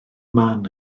man